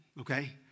okay